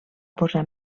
posar